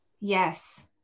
yes